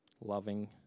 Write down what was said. loving